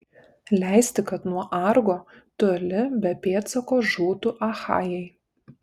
leisti kad nuo argo toli be pėdsako žūtų achajai